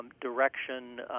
direction